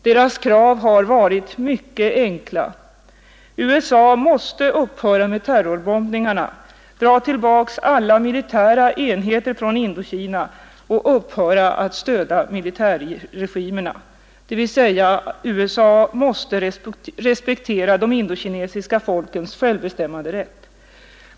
Deras krav har varit mycket enkla: USA måste upphöra med terrorbombningarna, dra tillbaka alla militära enheter från Indokina och upphöra att stödja militärregimerna, dvs. USA måste respektera de indokinesiska folkens självbestämmanderätt.